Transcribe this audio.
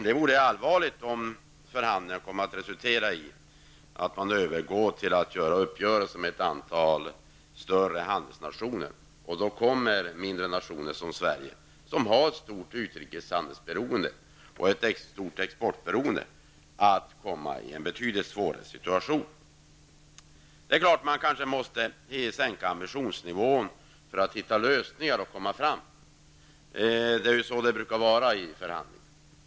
Det vore allvarligt om förhandlingarna resulterade i att man övergår till att träffa uppgörelser med ett antal större handelsnationer. Då skulle mindre nationer som Sverige, som har ett stort utrikeshandelsberoende och ett stort exportberoende, komma i en betydligt svårare situation. Det är klart att ambitionsnivån kanske måste sänkas för att man skall kunna hitta lösningar och komma framåt. Så brukar det ju gå till i förhandlingar.